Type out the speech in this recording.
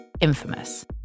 infamous